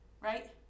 Right